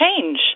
change